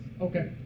Okay